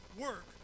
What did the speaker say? work